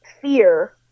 fear